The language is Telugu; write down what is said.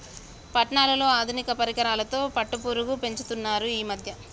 పట్నాలలో ఆధునిక పరికరాలతో పట్టుపురుగు పెంచుతున్నారు ఈ మధ్య